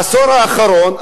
בעשור האחרון,